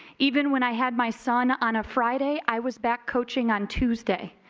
even when i had my son on a friday, i was back coaching on tuesday.